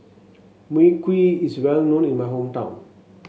Mui Kee is well known in my hometown